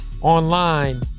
online